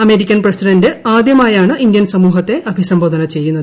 American president ആദ്യമായാണ് Indian സമൂഹത്തെ അഭിസംബോധന ചെയ്യുന്നത്